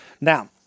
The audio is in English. Now